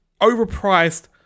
overpriced